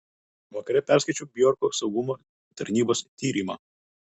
vakare perskaičiau bjorko saugumo tarnybos tyrimą